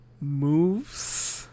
moves